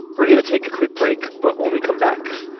we're going to take a quick break, but when we come back,